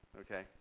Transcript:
Okay